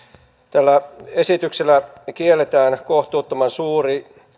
tällä esityksellä kielletään kohtuuttoman suuri